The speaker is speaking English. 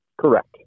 Correct